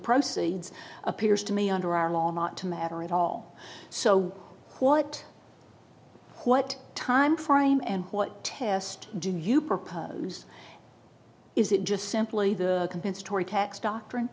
proceeds appears to me under our law not to matter at all so what what timeframe and what test do you propose is it just simply the compensatory tax doctrine